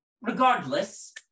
regardless